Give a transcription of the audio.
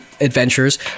adventures